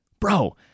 bro